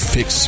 Fix